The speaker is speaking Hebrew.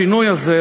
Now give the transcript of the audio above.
השינוי הזה,